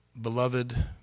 beloved